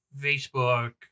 Facebook